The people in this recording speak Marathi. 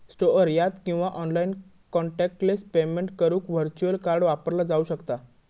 स्टोअर यात किंवा ऑनलाइन कॉन्टॅक्टलेस पेमेंट करुक व्हर्च्युअल कार्ड वापरला जाऊ शकता